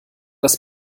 das